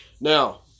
Now